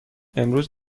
امروز